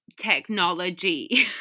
technology